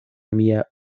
mia